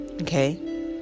Okay